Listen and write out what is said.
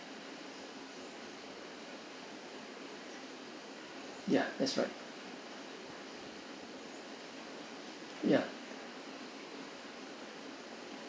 ya that's right ya